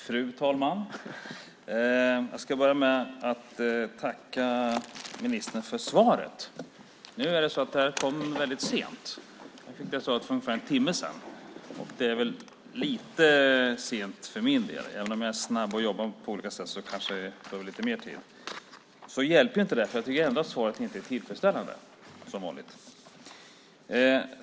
Fru talman! Jag ska börja med att tacka ministern för svaret. Det kom väldigt sent, för ungefär en timme sedan. Det är lite sent för min del. Även om jag är snabb på att jobba skulle jag ha behövt lite mer tid. Men det hjälper inte, för jag tycker ändå att svaret inte är tillfredsställande, som vanligt.